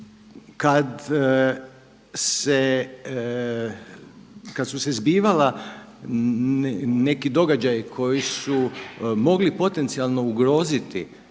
Kad su se zbivala neki događaju koji su mogli potencijalno ugroziti